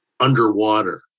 underwater